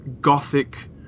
gothic